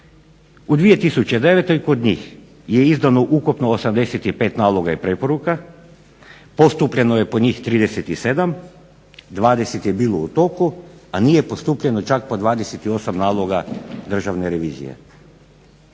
U 2009. kod njih je izdano ukupno 85 naloga i preporuka, poskupljeno je po njih 37, 20 je bilo u toku, a nije postupljeno čak po 28 naloga Državne revizije.